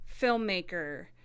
filmmaker